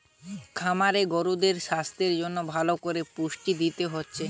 খামারে গরুদের সাস্থের জন্যে ভালো কোরে পুষ্টি দিতে হচ্ছে